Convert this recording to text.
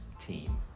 team